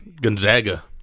Gonzaga